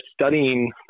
studying